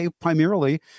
primarily